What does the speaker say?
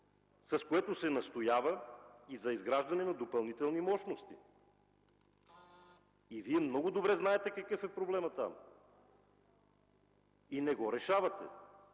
в което се настоява за изграждане на допълнителни мощности. Вие много добре знаете какъв е проблемът там, но не го решавате!